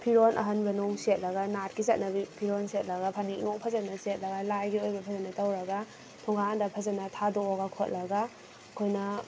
ꯐꯤꯔꯣꯟ ꯑꯍꯟꯕ ꯅꯨꯡ ꯁꯦꯠꯂꯒ ꯅꯥꯠꯀꯤ ꯆꯠꯅꯕꯤ ꯐꯤꯔꯣꯟ ꯁꯦꯠꯂꯒ ꯐꯅꯦꯛꯅꯨꯡ ꯐꯖꯅ ꯁꯦꯠꯂꯒ ꯂꯥꯏꯒꯤ ꯑꯣꯏꯕ ꯐꯖꯅ ꯇꯧꯔꯒ ꯊꯣꯡꯒꯥꯟꯗ ꯐꯖꯅ ꯊꯥꯗꯣꯛꯑ ꯈꯣꯠꯂꯒ ꯑꯩꯈꯣꯏꯅ